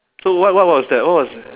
so what what was that what was th~